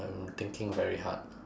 I'm thinking very hard